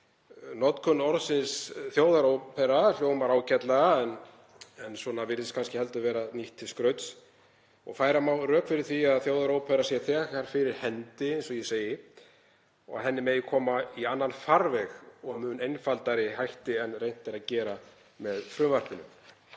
Notkun orðsins þjóðarópera hljómar ágætlega en virðist kannski vera nýtt til skrauts og færa má rök fyrir því að þjóðarópera sé þegar fyrir hendi og henni megi koma í annan farveg með mun einfaldari hætti en reynt er að gera með frumvarpinu.